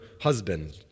husband